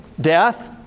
death